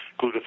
glutathione